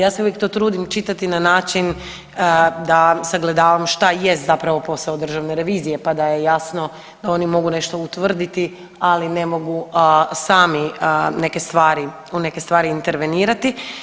Ja se uvijek to trudim čitati na način da sagledavam šta jest zapravo posao državne revizije pa da je jasno da oni mogu nešto utvrditi, ali ne mogu sami neke stvari, u neke stvari intervenirati.